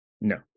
No